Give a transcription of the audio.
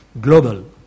global